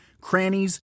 crannies